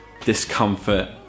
discomfort